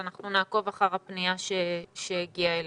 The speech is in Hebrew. אנחנו נעקוב אחר הפנייה שהגיעה אלינו.